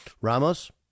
Ramos